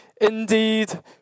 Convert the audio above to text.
Indeed